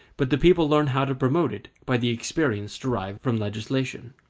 but the people learns how to promote it by the experience derived from legislation.